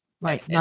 right